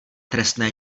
trestné